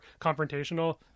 confrontational